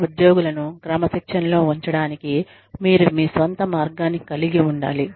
ఉద్యోగులను క్రమశిక్షణలో ఉంచడానికి మీరు మీ స్వంత మార్గాన్ని కలిగి ఉండాలి